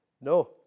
No